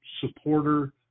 supporter